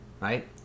Right